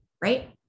right